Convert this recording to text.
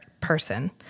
person